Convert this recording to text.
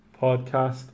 podcast